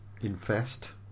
invest